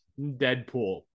Deadpool